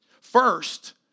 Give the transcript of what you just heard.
First